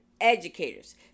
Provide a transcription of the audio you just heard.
educators